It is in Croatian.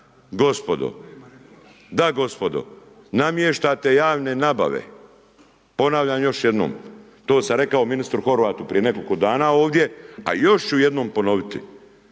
gospodo, da gospodo, namještate javne nabave, ponavljam još jednom, to sam rekao ministru Horvatu prije nekoliko dana ovdje a još ću jednom ponoviti,